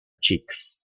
cheeks